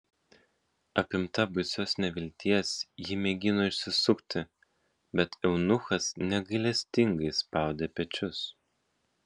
apimta baisios nevilties ji mėgino išsisukti bet eunuchas negailestingai spaudė pečius